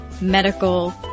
medical